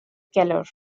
keller